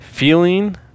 Feeling